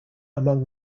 among